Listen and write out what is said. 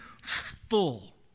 full